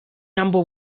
number